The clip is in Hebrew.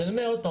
שוב,